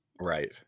right